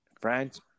France